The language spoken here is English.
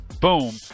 boom